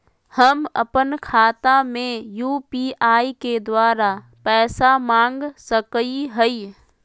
हम अपन खाता में यू.पी.आई के द्वारा पैसा मांग सकई हई?